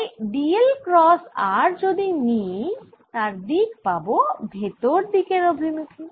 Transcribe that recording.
তাই d l cross r যদি নিই তার দিক পাবো ভেতর দিকের অভিমুখে